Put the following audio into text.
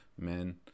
men